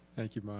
thank you, bob.